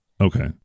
Okay